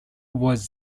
was